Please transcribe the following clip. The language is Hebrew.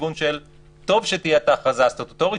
לכיוון שאומר שטוב שתהיה ההכרזה הסטטוטורית,